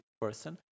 person